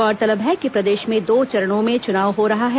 गौरतलब है कि प्रदेश में दो चरणों में चुनाव हो रहा है